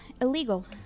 illegal